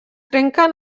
trenquen